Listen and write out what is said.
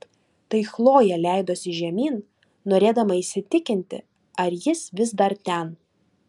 tai chlojė leidosi žemyn norėdama įsitikinti ar jis vis dar ten